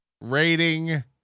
rating